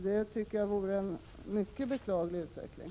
Det tycker jag vore en mycket beklaglig utveckling.